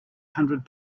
hundred